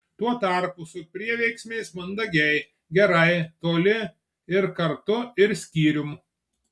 tuo tarpu su prieveiksmiais mandagiai gerai toli ir kartu ir skyrium